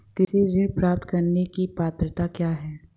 कृषि ऋण प्राप्त करने की पात्रता क्या है?